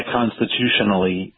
constitutionally